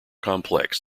complex